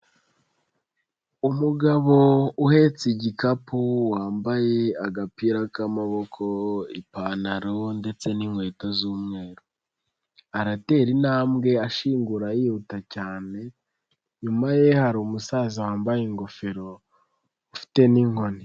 Umugabo uhetse igikapu wambaye agapira k'amaboko, ipantaro ndetse n'inkweto z'umweru, aratera intambwe ashingura yihuta cyane, inyuma ye hari umusaza wambaye ingofero ufite n'inkoni.